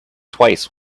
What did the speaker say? twice